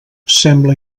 sembla